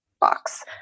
box